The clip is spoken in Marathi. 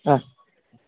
हां